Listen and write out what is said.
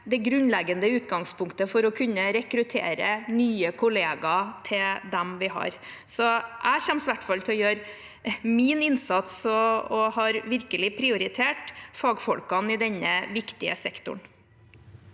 det grunnleggende utgangspunktet for å kunne rekruttere nye kollegaer til dem vi har. Jeg kommer i hvert fall til å gjøre min innsats og har virkelig prioritert fagfolkene i denne viktige sektoren.